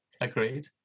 agreed